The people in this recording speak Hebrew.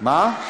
מה?